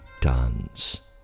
dance